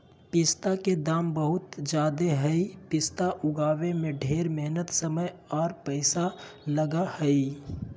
पिस्ता के दाम बहुत ज़्यादे हई पिस्ता उगाबे में ढेर मेहनत समय आर पैसा लगा हई